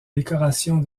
décorations